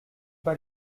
pas